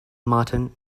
martin